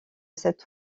cette